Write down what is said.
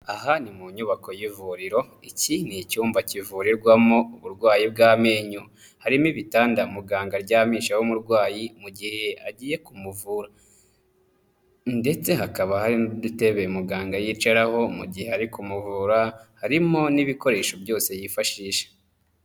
Aha ni mu nyubako y'ivuriro, iki ni icyumba kivurirwamo uburwayi bw'amenyo, harimo ibitanda muganga aryamishaho umurwayi mu gihe agiye kumuvura ndetse hakaba hari n'udutebe muganga yicaraho mu gihe ari kumuvura, harimo n'ibikoresho byose yifashisha.